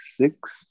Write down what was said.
six